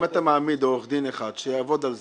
אם אתה מעמיד עורך דין אחד שיעבוד על זה,